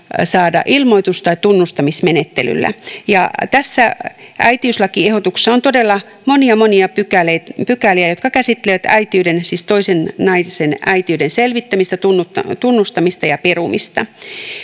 saada ilmoitus tai tunnustamismenettelyllä ja tässä äitiyslakiehdotuksessa on todella monia monia pykäliä jotka käsittelevät äitiyden siis toisen naisen äitiyden selvittämistä tunnustamista tunnustamista ja perumista